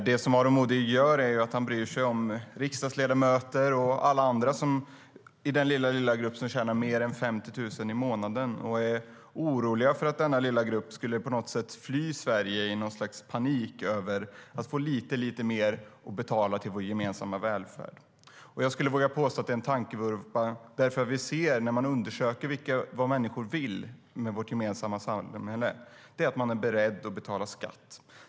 Det Aron Modig gör är att han bryr sig om riksdagsledamöter och alla andra i den lilla grupp som tjänar mer än 50 000 kronor i månaden och är orolig för att denna lilla grupp på något sätt skulle fly Sverige i något slags panik över att få lite mer att betala till vår gemensamma välfärd. Jag skulle våga påstå att det är en tankevurpa. När man undersöker vad människor vill med vårt gemensamma samhälle ser vi att de är beredda att betala skatt.